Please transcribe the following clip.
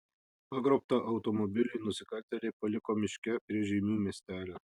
pagrobtą automobilį nusikaltėliai paliko miške prie žeimių miestelio